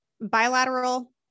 bilateral